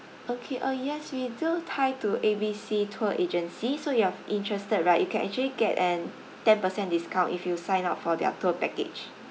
okay uh yes we do tie to A B C tour agency so you are interested right you can actually get an ten percent discount if you sign up for their tour package